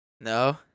No